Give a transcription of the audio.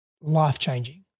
life-changing